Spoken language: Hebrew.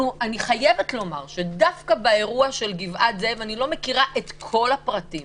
אני חייבת לומר שדווקא באירוע של גבעת זאב אני לא מכירה את כל הפרטים